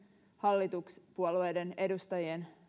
hallituspuolueiden edustajien